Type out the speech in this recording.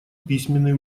письменный